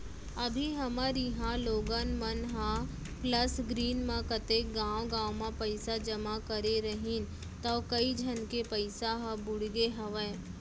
अभी हमर इहॉं लोगन मन ह प्लस ग्रीन म कतेक गॉंव गॉंव म पइसा जमा करे रहिन तौ कइ झन के पइसा ह बुड़गे हवय